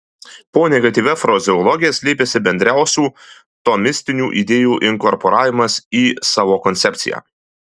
po negatyvia frazeologija slėpėsi bendriausių tomistinių idėjų inkorporavimas į savo koncepciją